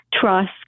trust